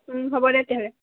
হ'ব দে তেতিয়াহ'লে